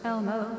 Elmo